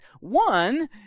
One